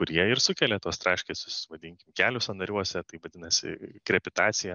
kurie ir sukelia tuos traškesius vadinkim kelių sąnariuose tai vadinasi krepitacija